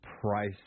price